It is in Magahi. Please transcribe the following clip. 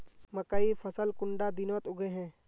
मकई फसल कुंडा दिनोत उगैहे?